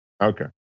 Okay